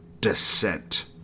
descent